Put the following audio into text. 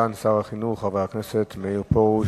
סגן שר החינוך חבר הכנסת מאיר פרוש,